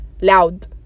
loud